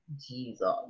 jesus